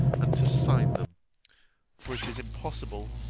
and to sign them for it is impossible,